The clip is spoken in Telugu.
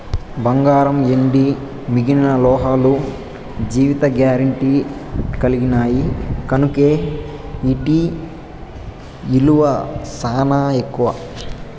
బంగారం, ఎండి మిగిలిన లోహాలు జీవిత గారెంటీ కలిగిన్నాయి కనుకే ఆటి ఇలువ సానా ఎక్కువ